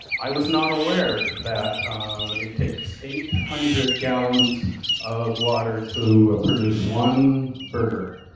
i was not aware that it take eight hundred gallons of water to produce one burger.